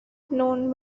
known